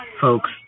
folks